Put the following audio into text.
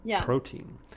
protein